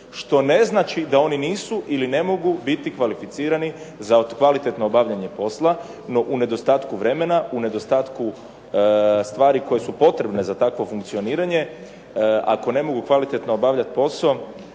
što ne znači da oni nisu ili ne mogu biti kvalificirani za obavljanje posla, no u nedostatku vremenu, u nedostatku stvari koje su potrebne za takvo funkcioniranje, ako ne mogu kvalitetno obavljati posao,